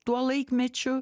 tuo laikmečiu